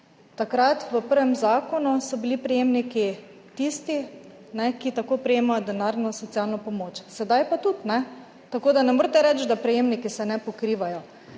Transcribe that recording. V prvem zakonu so bili prejemniki tisti, ki prejemajo denarno socialno pomoč. Sedaj pa tudi. Tako da ne morete reči, da prejemniki se ne pokrivajo.